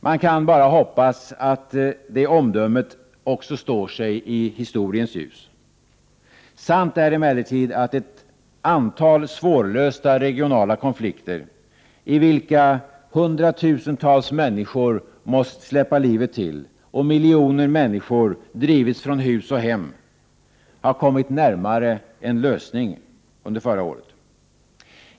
Man kan bara hoppas att det omdömet också står sig i historiens ljus. Sant är emellertid att ett antal svårlösta regionala konflikter, i vilka hundratusentals människor måst släppa livet till och miljoner människor drivits från hus och hem, har kommit närmare en lösning under förra året.